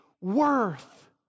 worth